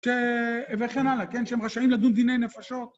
ש.. וכן הלאה, כן? שהם רשאים לדון דיני נפשות.